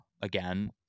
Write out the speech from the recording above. again